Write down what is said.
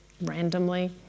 randomly